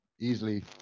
easily